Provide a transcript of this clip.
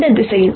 இந்த வெக்டர்